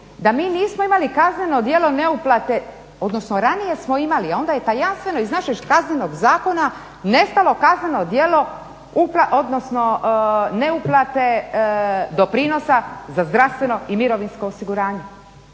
da mi nismo imali kazneno djelo ne uplate, odnosno ranije smo imali onaj tajanstveno iz našeg kaznenog zakona nestalo kazneno djelo, odnosno ne uplate doprinosa za zdravstveno i mirovinsko osiguranje.